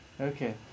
Okay